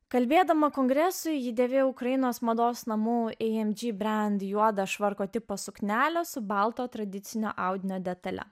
kalbėdama kongresui ji dėvėjo ukrainos mados namų ei em džy brend juodą švarko tipo suknelę su balto tradicinio audinio detale